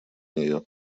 нее